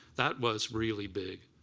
that was really big,